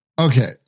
Okay